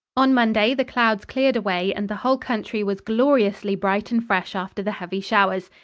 on monday the clouds cleared away and the whole country was gloriously bright and fresh after the heavy showers.